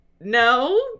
no